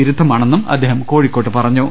വിരുദ്ധമാണെന്നും അദ്ദേഹം കോഴിക്കോട്ട് പറഞ്ഞു